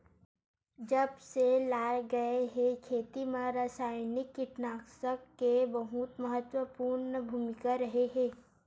जब से लाए गए हे, खेती मा रासायनिक कीटनाशक के बहुत महत्वपूर्ण भूमिका रहे हे